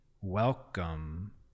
welcome